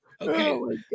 okay